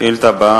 השאילתא הבאה,